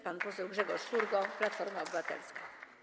Pan poseł Grzegorz Furgo, Platforma Obywatelska.